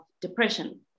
depression